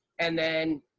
and then